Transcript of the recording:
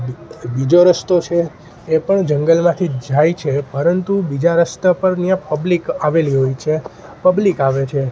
બીજો રસ્તો છે એ પણ જંગલમાંથી જાય છે પરંતુ બીજા રસ્તા પર ત્યાં પબ્લિક આવેલી હોય છે પબ્લિક આવે છે